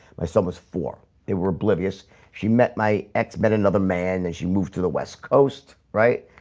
my son was four. it were oblivious she met my ex met another man, and she moved to the west coast right?